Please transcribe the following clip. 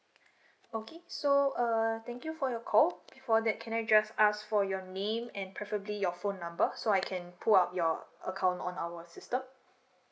okay so uh thank you for your call before that can I just ask for your name and preferably your phone number so I can pull up your account on our system